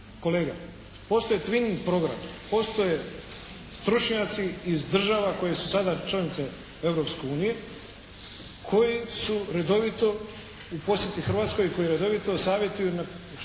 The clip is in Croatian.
Kolega, postoje tvining programi, postoje stručnjaci iz država koje su sada članice Europske unije koji su redovito u posjeti Hrvatskoj i koji redovito savjetuju na